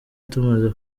tumaze